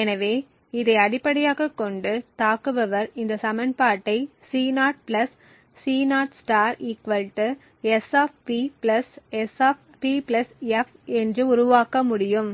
எனவே இதை அடிப்படையாகக் கொண்டு தாக்குபவர் இந்த சமன்பாட்டை C0 C0 S P S P f என்று உருவாக்க முடியும்